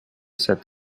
said